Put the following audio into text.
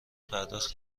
پرداخت